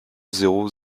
zéro